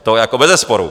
To jako bezesporu.